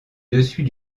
dessus